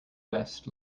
west